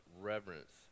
reverence